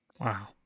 Wow